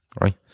right